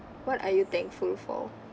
what are you thankful for